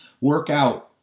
workout